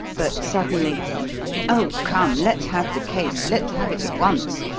but suddenly oh come, let's have the case let's have it at once,